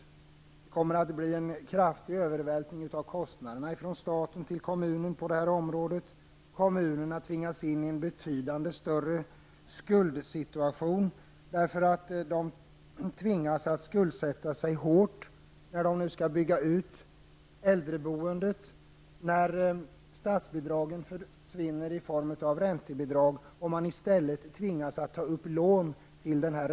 Det kommer att ske en kraftig övervältring av kostnaderna från staten till kommunerna på det här området. Kommunerna tvingas in i en situation med betydligt större skulder. De tvingas skuldsätta sig hårt när de skall bygga ut äldreboendet när statsbidraget i form av räntebidrag försvinner och man i stället tvingas ta upp lån till räntan.